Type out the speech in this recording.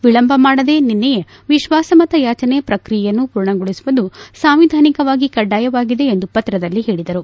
ವಿಳಂಬ ಮಾಡದೆ ನಿನ್ನೆಯೇ ವಿತ್ಪಾಸಮತ ಯಾಚನೆ ಪ್ರಕ್ರಿಯೆಯನ್ನು ಪೂರ್ಣಗೊಳಿಸುವುದು ಸಂವಿಧಾನಿಕವಾಗಿ ಕಡ್ಡಾಯವಾಗಿದೆ ಎಂದು ಪತ್ರದಲ್ಲಿ ಹೇಳದರು